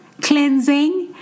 cleansing